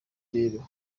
rero